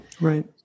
Right